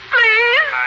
Please